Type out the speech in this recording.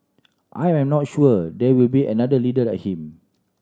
I am not sure there will be another leader like him